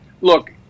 look